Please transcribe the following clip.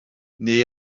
neu